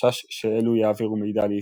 חשש שאלו יעבירו מידע לישראל.